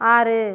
ஆறு